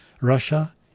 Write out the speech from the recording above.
Russia